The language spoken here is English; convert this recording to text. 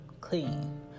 clean